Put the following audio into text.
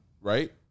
right